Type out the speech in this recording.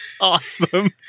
Awesome